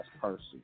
person